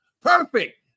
Perfect